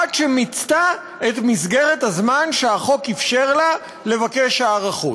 עד שמיצתה את מסגרת הזמן שהחוק אפשר לה לבקש הארכות.